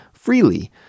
freely